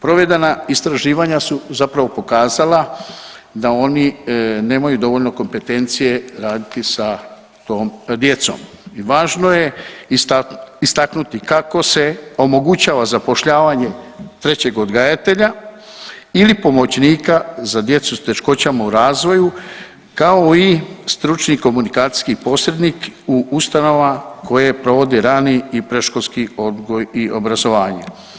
Provedena istraživanja su zapravo pokazala da oni nemaju dovoljno kompetencije raditi sa tom djecom i važno je istaknuti kako se omogućava zapošljavanje trećeg odgajatelja ili pomoćnika za djecu s teškoćama u razvoju kao i stručni komunikacijski posrednik u ustanovama koje provode rani i predškolski odgoj i obrazovanje.